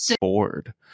bored